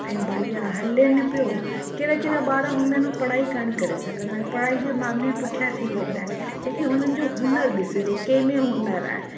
ऐं बढ़िया हलेनि पियो कहिड़ा कहिड़ा ॿार हूंदा आहिनि उहे पढ़ाई कान करे सघंदा आहिनि पढ़ाई जे मामले में पुठियां थी वेंदा आहिनि लेकिनि हुननि जो हुनर ॾिसिजे के में हुनर आहे